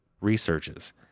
researches